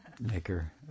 maker